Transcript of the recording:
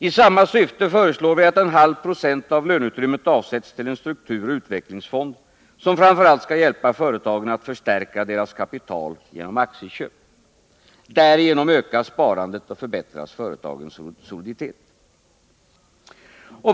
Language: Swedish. I samma syfte föreslår vi att en halv procent av löneutrymmet avsätts till en strukturoch utvecklingsfond, som framför allt skall hjälpa företagen att förstärka deras kapital genom aktieköp. Därigenom ökar sparandet och förbättras företagens soliditet.